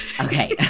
Okay